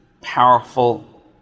powerful